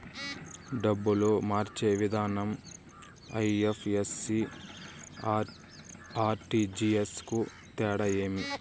డబ్బులు మార్చే విధానం ఐ.ఎఫ్.ఎస్.సి, ఆర్.టి.జి.ఎస్ కు తేడా ఏమి?